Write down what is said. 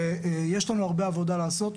ויש לנו הרבה עבודה לעשות,